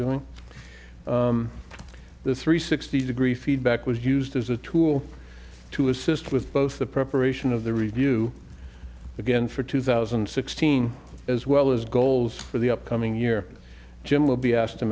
doing the three sixty degree feedback was used as a tool to assist with both the preparation of the review again for two thousand and sixteen as well as goals for the upcoming year jim will be asked to